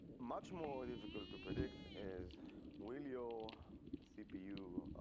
much more difficult to predict is willie oh cpu.